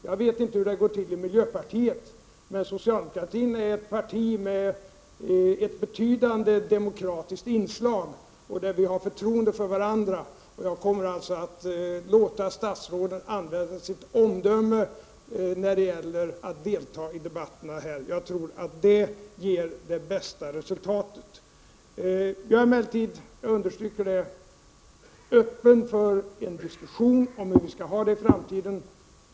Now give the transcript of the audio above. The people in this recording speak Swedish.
Jag vet inte hur det går till i miljöpartiet, men det socialdemokratiska partiet är ett parti med ett betydande demokratiskt inslag där man har förtroende för varandra, och jag kommer att låta statsråden använda sitt omdöme när det gäller att delta i debatterna i kammaren. Jag tror att det ger det bästa resultatet. Jag vill emellertid understryka att jag är öppen för en diskussion om hur vi skall ha det i framtiden.